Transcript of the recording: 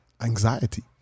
Anxiety